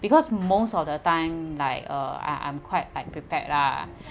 because most of the time like uh I'm I'm quite like prepared lah